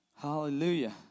Hallelujah